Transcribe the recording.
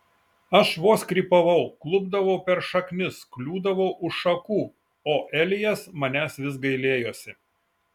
aš vos krypavau klupdavau per šaknis kliūdavau už šakų o elijas manęs vis gailėjosi